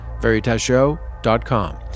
VeritasShow.com